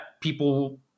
people